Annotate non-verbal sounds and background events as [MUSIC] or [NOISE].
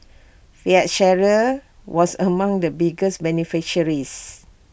fiat [UNINTELLIGIBLE] was among the biggest beneficiaries